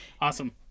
Awesome